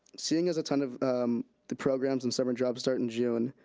seeing as a ton of the programs and summer jobs start in june,